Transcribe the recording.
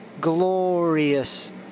glorious